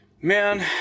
Man